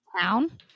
town